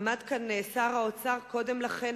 עמד כאן שר האוצר קודם לכן,